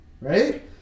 right